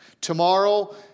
Tomorrow